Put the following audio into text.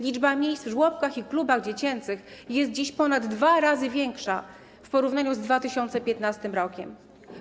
Liczba miejsc w żłobkach i klubach dziecięcych jest dziś ponad dwa razy większa w porównaniu z 2015 r.